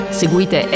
seguite